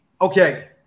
okay